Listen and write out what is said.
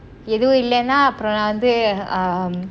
ஏதும் இல்லைனா அப்பறோம் நான் வந்து:ethum illaina apporam naan vanthu um